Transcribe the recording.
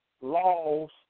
laws